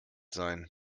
sein